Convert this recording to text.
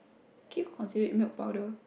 okay consider milk powder